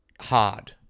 hard